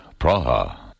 Praha